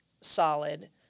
solid